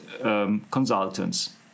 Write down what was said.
consultants